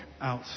out